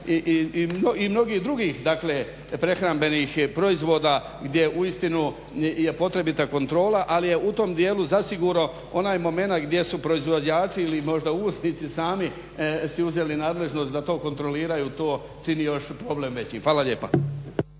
i mnogih drugih dakle prehrambenih proizvoda gdje uistinu je potrebna kontrola. Ali je u tom dijelu zasigurno onaj moment gdje su proizvođači ili možda uvoznici sami si uzeli nadležnost da to kontroliraju, to čini još problem veći. Hvala lijepa.